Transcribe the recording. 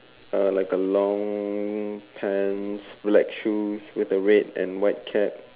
like a long pants black shoes with a red and white cap